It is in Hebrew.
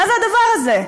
מה זה הדבר הזה?